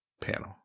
panel